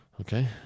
Okay